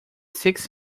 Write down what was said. six